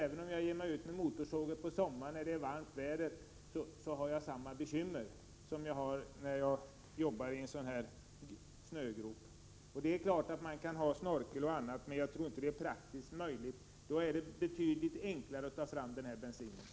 Även om jag ger mig ut med motorsågen på sommaren när det är varmt väder, får jag samma bekymmer som jag får när jag arbetar i en sådan snögrop. Det är klart att man kan ha snorkel och annat. Jag tror dock inte att det är praktiskt möjligt. Det är betydligt enklare att ta fram den här bensinen.